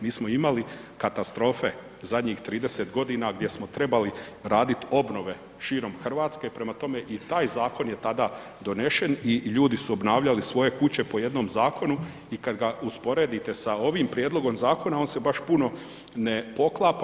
Mi smo imali katastrofe zadnjih 30 godina gdje smo trebali raditi obnove širom Hrvatske, prema tome i taj zakon je tada donesen i ljudi su obnavljali svoje kuće po jednom zakonu i kad ga usporedite sa ovim prijedlogom zakona on se baš puno ne poklapa.